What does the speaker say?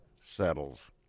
settles